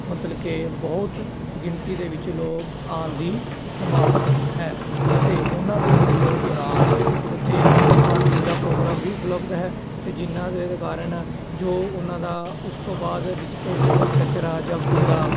ਮਤਲਬ ਕਿ ਬਹੁਤ ਗਿਣਤੀ ਦੇ ਵਿੱਚ ਲੋਕ ਆਉਣ ਦੀ ਸੰਭਾਵਨਾ ਹੈ ਅਤੇ ਉਹਨਾਂ ਦੇ ਵੱਲੋਂ ਦੌਰਾਨ ਉੱਥੇ ਖਾਣ ਪੀਣ ਦਾ ਪ੍ਰੋਗਰਾਮ ਵੀ ਉਪਲਬਧ ਹੈ ਅਤੇ ਜਿਨ੍ਹਾਂ ਦੇ ਕਾਰਨ ਜੋ ਉਹਨਾਂ ਦਾ ਉਸ ਤੋਂ ਬਾਅਦ ਡਿਸਪੋਜੇਬਲ ਕਚਰਾ ਜਾਂ ਕੂੜਾ